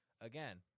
again